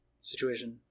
situation